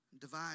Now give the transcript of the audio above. Divide